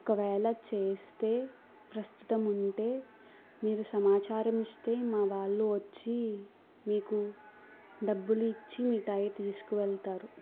ఒకవేళ చేస్తే ప్రస్తుతం ఉంటే మీరు సమాచారం ఇస్తే మా వాళ్ళు వచ్చి మీకు డబ్బులు ఇచ్చి మిఠాయి తీసుకువెళ్తారు